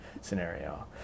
scenario